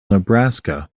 nebraska